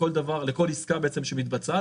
לכל עסקה שמתבצעת,